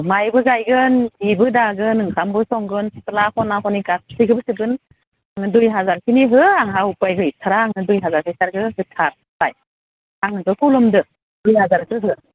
माइबो गायगोन जिबो दागोन ओंखामबो संगोन सिथ्ला खना खनि गासिखोबो सिबगोन दुइ हाजारखिनि हो आंहा उफाय गैथारा दुइ हाजारखो होथार बाय आंनो दुइ हाजारखो हो